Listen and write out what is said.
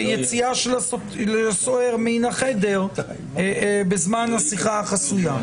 ליציאה של הסוהר מן החדר בזמן השיחה החסויה.